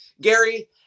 Gary